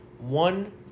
One